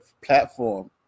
platform